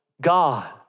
God